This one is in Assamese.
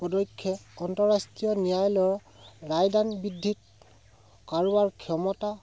পদক্ষে আন্তঃৰাষ্ট্ৰীয় ন্যায়ৰ ৰায়দান বৃদ্ধিত কাৰোবাৰ ক্ষমতা